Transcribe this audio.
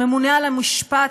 הממונה על המשפט,